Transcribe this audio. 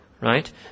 Right